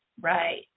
Right